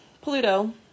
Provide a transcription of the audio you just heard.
Pluto